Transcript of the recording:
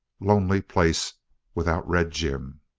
lonely place without red jim.